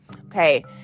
Okay